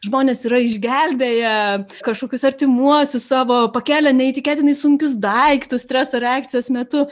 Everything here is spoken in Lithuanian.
žmonės yra išgelbėję kažkokius artimuosius savo pakėlę neįtikėtinai sunkius daiktus streso reakcijos metu